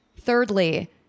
Thirdly